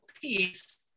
peace